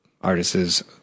artist's